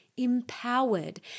empowered